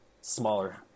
smaller